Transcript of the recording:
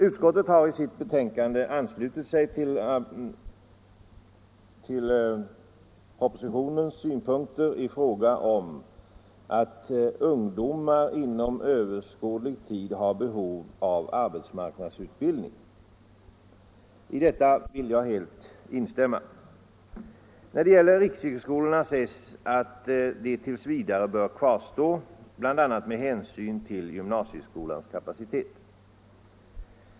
Utskottet har i sitt betänkande anslutit sig till arbetsmarknadsministerns synpunkter att ungdomar inom överskådlig tid har behov av arbetsmarknadsutbildning. I detta vill jag helt instämma. När det gäller riksyrkesskolorna sägs att de tills vidare bör kvarstå bl.a. med hänsyn till gymnasieskolans kapacitet.